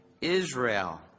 Israel